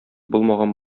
булмаган